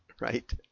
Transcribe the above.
Right